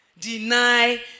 deny